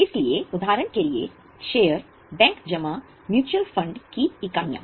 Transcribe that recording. इसलिए उदाहरण के लिए शेयर बैंक जमा म्यूचुअल फंड की इकाइयाँ